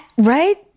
Right